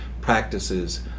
practices